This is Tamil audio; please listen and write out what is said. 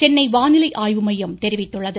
சென்னை வானிலை ஆய்வு மையம் தெரிவித்துள்ளது